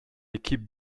équipe